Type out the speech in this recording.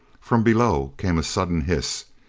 from below came a sudden hiss.